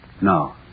No